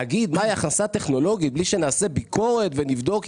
להגיד מהי הכנסה טכנולוגית בלי שנעשה ביקורת ונבדוק,